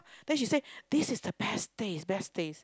then she say this is the best taste best taste